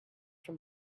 from